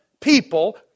people